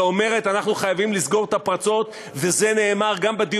ואומרת: אנחנו חייבים לסגור את הפרצות.